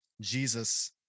Jesus